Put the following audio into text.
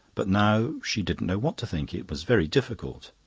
but now she didn't know what to think. it was very difficult,